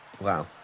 Wow